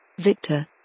Victor